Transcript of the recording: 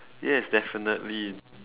yes definitely